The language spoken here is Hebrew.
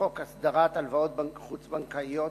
לחוק הסדרת הלוואות חוץ-בנקאיות,